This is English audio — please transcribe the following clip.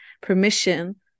permission